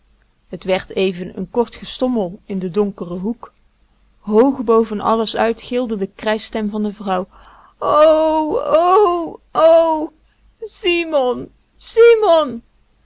het werd even een kort gestommel in den donkeren hoek hoog boven alles uit gilde de krijschstem van de vrouw o